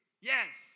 Yes